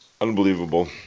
Unbelievable